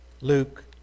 Luke